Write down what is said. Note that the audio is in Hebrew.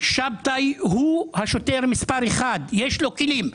שבתאי הוא השוטר מס' 1. יש לו כלים.